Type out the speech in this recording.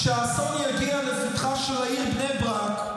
כשהאסון יגיע לפתחה של העיר בני ברק,